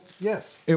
Yes